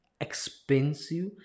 expensive